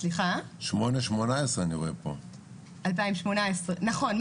פה 2008-2018. נכון.